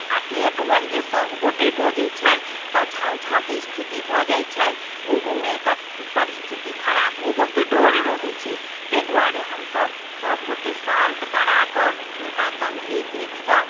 आ एकबेर जे सभगोटए बजैत छै तऽ झाँउ झाँउके स्थिति भऽ जाइत छै ओहोमे एकर परिस्थिति खराब होवयके डर रहैत छै ताहि द्वारे हमसभ सभगोटए शान्त करा कऽ हुनका तखन एक एकसँ